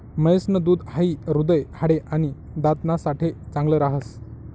म्हैस न दूध हाई हृदय, हाडे, आणि दात ना साठे चांगल राहस